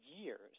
years